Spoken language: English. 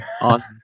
on